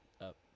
up